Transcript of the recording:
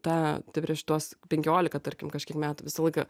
tą prieš tuos penkiolika tarkim kažkiek metų visą laiką